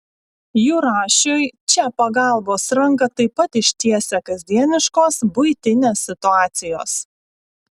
jurašiui čia pagalbos ranką taip pat ištiesia kasdieniškos buitinės situacijos